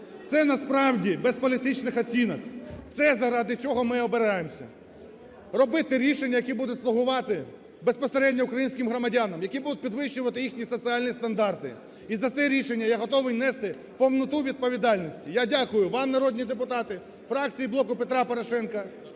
Це насправді, без політичних оцінок, це – заради чого ми обираємося: робити рішення, які будуть слугувати безпосередньо українським громадянам, які будуть підвищувати їхні соціальні стандарти. І за це рішення я готовий нести повноту відповідальності. Я дякую вам, народні депутати, фракції "Блоку Петра Порошенка",